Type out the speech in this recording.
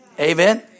Amen